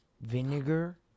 Vinegar